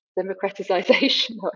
democratization